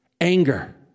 anger